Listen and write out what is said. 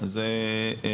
זה רק מההוצאה.